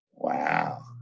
Wow